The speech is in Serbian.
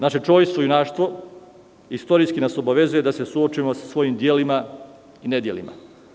Naše čojstvo i junaštva istorijski nas obavezuje da se suočimo sa svojim delima i nedelima.